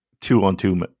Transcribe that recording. two-on-two